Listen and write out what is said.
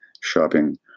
shopping